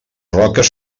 roques